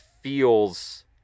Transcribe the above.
feels